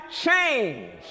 change